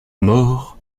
mort